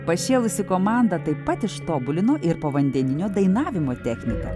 pašėlusi komanda taip pat ištobulino ir povandeninio dainavimo techniką